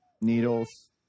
Needles